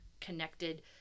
connected